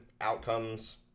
outcomes